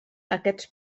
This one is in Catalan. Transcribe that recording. aquests